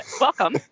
welcome